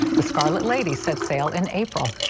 the scarlet lady sets sail in april.